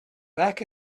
back